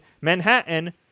Manhattan